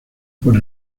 por